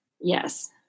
Yes